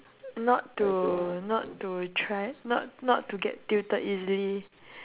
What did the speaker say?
not to not to try not not to get tilted easily